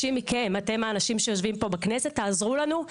חבר הכנסת אילוז,